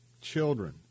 children